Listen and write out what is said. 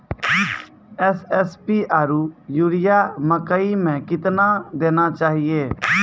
SSP आरु urea मकई मे कितना देना चाहिए?